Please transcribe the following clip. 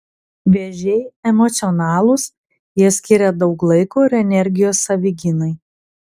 vėžiai emocionalūs jie skiria daug laiko ir energijos savigynai